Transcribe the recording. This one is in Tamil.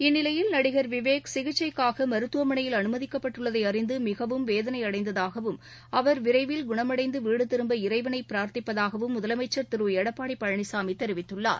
இந்நிலையில் நடிகர் விவேக் சிகிச்சைக்காக மருத்துவமனையில் அனுமதிக்கப்பட்டுள்ளதை அறிந்து மிகவும் வேதனையடைந்ததாகவும் அவர் விரைவில் குணமடைந்து வீடு திரும்ப இறைவனை பிரார்த்திப்பதாகவும் முதலமைச்சர் திரு எடப்பாடி பழனிசாமி தெரிவித்துள்ளார்